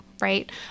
Right